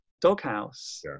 doghouse